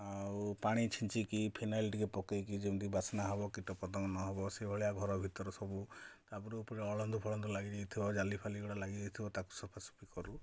ଆଉ ପାଣି ଛିଞ୍ଚିକି ଫିନାଇଲ ଟିକେ ପକାଇକି ଯେମିତି ବାସ୍ନା ହବ କୀଟପତଙ୍ଗ ନ ହବ ସେଭଳିଆ ଘରଭିତର ସବୁ ତାପରେ ଉପରେ ଅଳନ୍ଦୁ ଫଳନ୍ଦୁ ଲାଗିଯାଇଥିବ ଜାଲି ଫାଲି ଏଗୁଡ଼ା ଲାଗିଯାଇଥିବ ତାକୁ ସଫାସଫି କରୁ